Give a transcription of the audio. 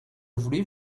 voulez